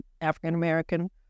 African-American